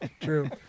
true